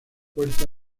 puerta